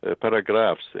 paragraphs